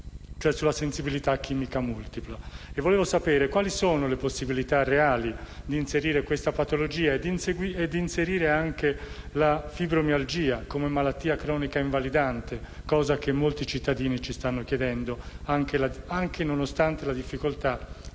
alla sensibilità chimica multipla e vorrei sapere quali siano le possibilità reali di inserire questa patologia, insieme alla fibromialgia, tra le malattie croniche invalidanti, cosa che molti cittadini ci stanno chiedendo, nonostante la difficoltà